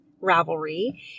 Ravelry